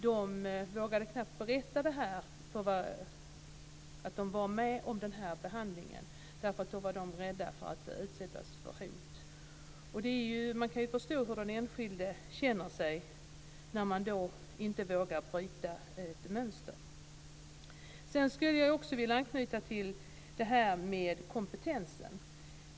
De vågade knappt berätta att de deltog i denna behandling, eftersom de då var rädda att utsättas för hot. Och man kan ju förstå hur den enskilde känner sig när man inte vågar bryta ett mönster. Jag skulle också vilja anknyta till kompetensen.